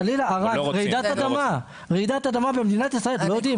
חלילה יהיה אירוע של רעידת אדמה, ואתם לא יודעים.